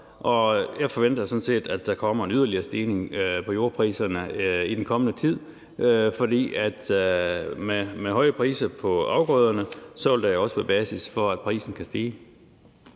jeg forventer sådan set, at der kommer en yderligere stigning på jordpriserne i den kommende tid, for med høje priser på afgrøderne vil der også være basis for, at prisen kan stige.